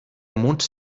mond